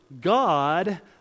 God